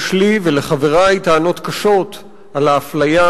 יש לי ולחברי טענות קשות על האפליה